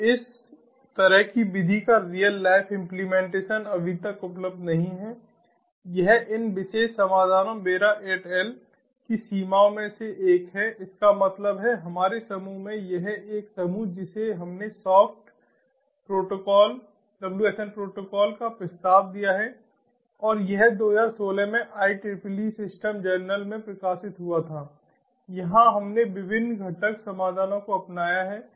तो इस तरह की विधि का रियल लाइफ इम्प्लीमेंटेशन अभी तक उपलब्ध नहीं है यह इन विशेष समाधानों बेरा एट अल की सीमाओं में से एक है इसका मतलब है हमारे समूह में यह एक समूह जिसे हमने सॉफ्ट WSNप्रोटोकॉल का प्रस्ताव दिया है और यह 2016 में IEEE सिस्टम जर्नल में प्रकाशित हुआ था यहां हमने विभिन्न घटक समाधानों को अपनाया है